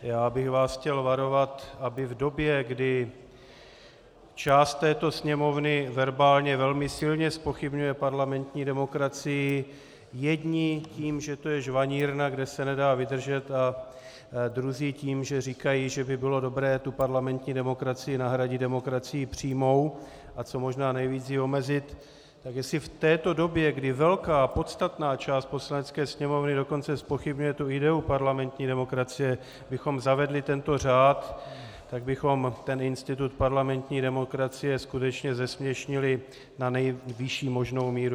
Já bych vás chtěl varovat, aby v době, kdy část této Sněmovny verbálně velmi silně zpochybňuje parlamentní demokracii, jedni tím, že to je žvanírna, kde se nedá vydržet, a druzí tím, že říkají, že by bylo dobré tu parlamentní demokracii nahradit demokracií přímou a co možná nejvíce ji omezit, tak jestli v této době, kdy velká podstatná část Poslanecké sněmovny dokonce zpochybňuje ideu parlamentní demokracie, bychom zavedli tento řád, tak bychom ten institut parlamentní demokracie skutečně zesměšnili na nejvyšší možnou míru.